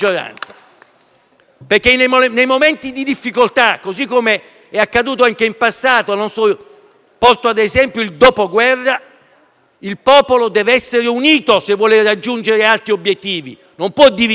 Nei momenti di difficoltà, così come è accaduto anche in passato, penso ad esempio al dopoguerra, il popolo deve essere unito se vuole raggiungere alti obiettivi, non può dividersi,